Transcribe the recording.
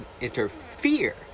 interfere